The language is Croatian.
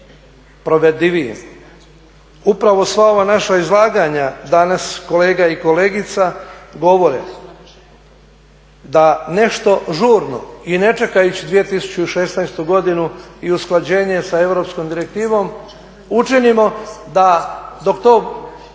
provedivijim. Upravo sva ova naša izlaganja danas kolega i kolegica govore da nešto žurno i ne čekajući 2016. godinu i usklađenje s europskom direktivom učinimo da dok